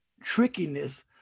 trickiness